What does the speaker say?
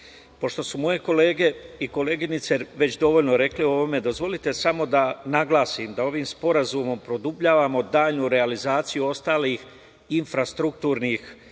su moje kolege i koleginice već dovoljno rekle o ovome, dozvolite samo da naglasim da ovim sporazumom produbljavamo dalju realizaciju ostalih infrastrukturnih